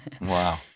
Wow